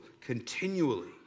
continually